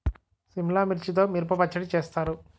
సిమ్లా మిర్చితో మిరప పచ్చడి చేస్తారు